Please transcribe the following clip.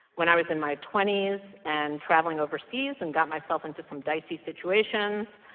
when i was in my twenty s and traveling overseas and got myself into some dicey situations,